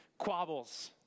quabbles